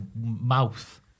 mouth